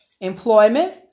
employment